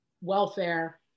welfare